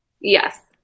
Yes